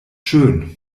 schön